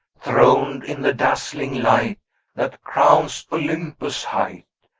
throned in the dazzling light that crowns olympus' height,